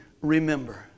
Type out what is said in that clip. Remember